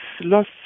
lost